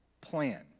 plan